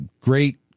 great